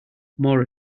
more